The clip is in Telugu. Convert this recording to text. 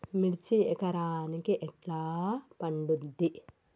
మిర్చి ఎకరానికి ఎట్లా పండుద్ధి?